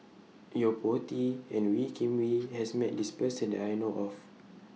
Yo Po Tee and Wee Kim Wee has Met This Person that I know of